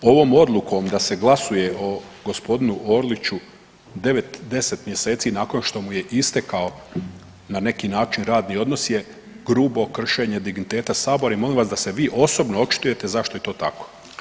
Ovom odlukom da se glasuje o gospodinu Orliću 9, 10 mjeseci nakon što mu je istekao na neki način radni odnos je grubo kršenje digniteta sabora i molim vas da se vi osobno očitujete zašto je to tako.